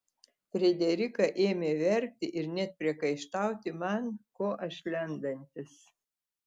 frederika ėmė verkti ir net priekaištauti man ko aš lendantis